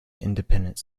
independent